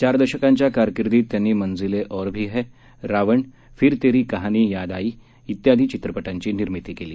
चार दशकांच्या कारकीर्दीत त्यांनी मंजिले और भी है रावण फिर तेरी कहानी याद आई इत्यादी चित्रपटांची निर्मिती केली